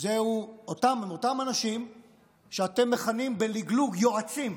הם אותם אנשים שאתם מכנים בלגלוג יועצים.